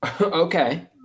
Okay